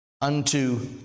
unto